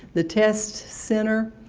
the test center,